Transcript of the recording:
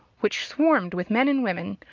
which swarmed with men and women,